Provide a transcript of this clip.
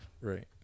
right